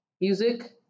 music